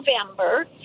November